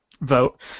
vote